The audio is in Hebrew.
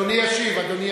אדוני ישיב.